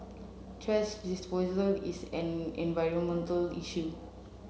thrash disposal is an environmental issue